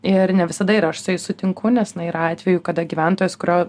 ir ne visada ir aš su jais sutinku nes na ir atvejų kada gyventojas kurio